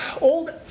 old